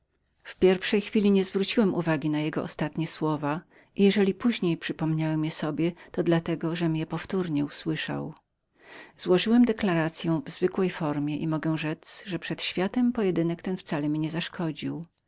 w pierwszej chwili niezważałem na jego ostatnie wyrazy i jeżeli później przypomniałem je sobie było to dla tego żem je powtórnie usłyszał złożyłem moją deklaracyą w zwykłej formie i mogę rzec że przed światem pojedynek mój wcale mi nie zaszkodził